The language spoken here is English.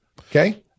Okay